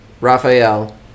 Raphael